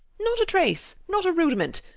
not a trace! not a rudiment!